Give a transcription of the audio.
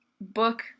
book